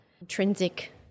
intrinsic